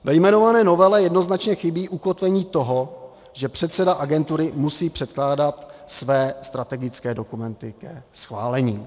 Ve jmenované novele jednoznačně chybí ukotvení toho, že předseda agentury musí předkládat své strategické dokumenty ke schválení.